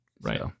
Right